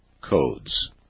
codes